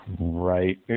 right